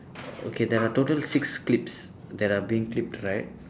okay there are total six clips that are being clipped right